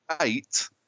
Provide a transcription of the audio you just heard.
eight